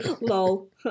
Lol